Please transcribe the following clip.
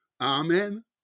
Amen